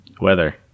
Weather